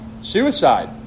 suicide